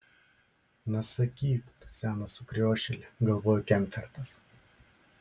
na sakyk tu senas sukriošėli galvojo kemfertas